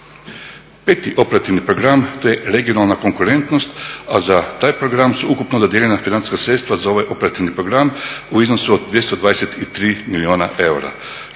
Peti operativni program, to je regionalna konkurentnost, a za taj program su ukupno dodijeljena financijska sredstva za ovaj operativni program u iznosu od 223 milijuna eura.